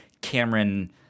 cameron